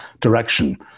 direction